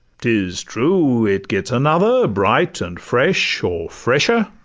t is true, it gets another bright and fresh, or fresher,